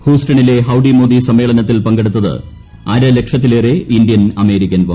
ഹൂസ്റ്റണിലെ Howdy Modi സമ്മേളനത്തിൽ പങ്കെടുത്തത് അരലക്ഷത്തിലേറെ ഇന്ത്യൻ അമേരിക്കൻ വംശജർ